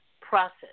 process